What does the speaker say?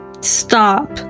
Stop